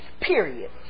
period